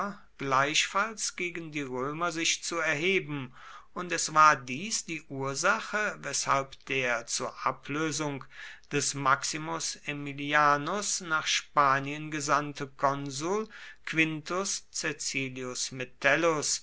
gleichfalls gegen die römer sich zu erheben und es war dies die ursache weshalb der zur ablösung des maximus aemilianus nach spanien gesandte konsul quintus